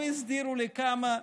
או הסדירו לכמה,